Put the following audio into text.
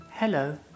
Hello